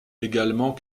également